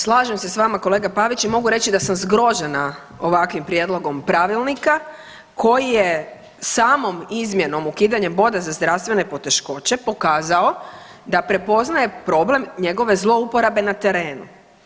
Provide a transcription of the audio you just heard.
Slažem se s vama kolega Pavić i mogu reći da sam zgrožena ovakvim prijedlogom pravilnika koji je samom izmjenom ukidanjem boda za zdravstvene poteškoće pokazao da prepoznaje problem njegove zlouporabe na terenu.